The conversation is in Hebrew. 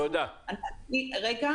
תודה רבה.